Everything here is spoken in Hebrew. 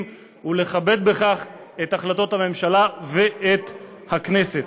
ולכבד בכך את החלטות הממשלה ואת הכנסת.